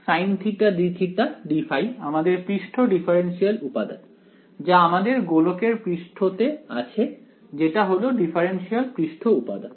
r2sinθdθdϕ আমাদের পৃষ্ঠ ডিফারেন্সিয়াল উপাদান যা আমাদের গোলকের পৃষ্ঠতে আছে যেটা হল ডিফারেন্সিয়াল পৃষ্ঠ উপাদান